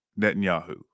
Netanyahu